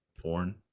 porn